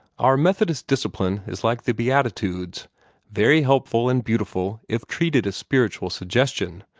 our methodist discipline is like the beatitudes very helpful and beautiful, if treated as spiritual suggestion,